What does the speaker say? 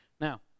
Now